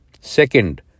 Second